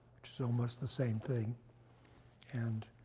which is almost the same thing and